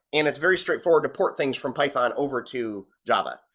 and it's very straightforward to port things from python over to java.